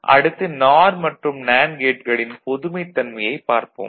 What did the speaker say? அடுத்து நார் மற்றும் நேண்டு கேட்களின் பொதுமைத் தன்மையைப் பார்ப்போம்